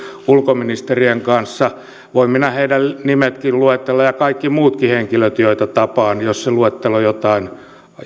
ulkoministerien kanssa voin minä heidän nimensäkin luetella ja kaikki muutkin henkilöt joita tapaan jos se luettelo jotain